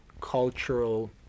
cultural